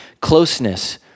closeness